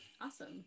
Awesome